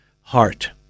heart